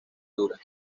duras